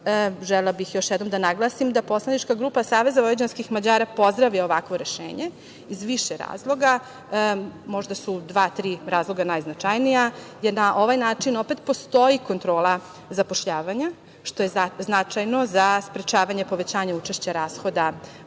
bih još jednom da naglasim da poslanička grupa SVM pozdravlja ovakvo rešenje iz više razloga. Možda su dva-tri razloga najznačajnija, jer na ovaj način opet postoji kontrola zapošljavanja, što je značajno za sprečavanje povećanja učešća rashoda